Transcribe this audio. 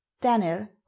daniel